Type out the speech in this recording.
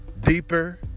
deeper